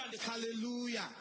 Hallelujah